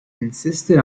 insisted